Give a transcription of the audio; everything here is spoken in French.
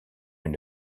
une